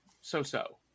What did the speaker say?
so-so